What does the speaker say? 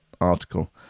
article